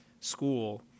school